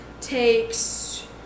takes